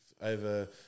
over